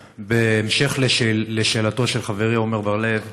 בהמשך לשאלתו של חברי חבר הכנסת עמר בר-לב,